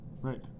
Right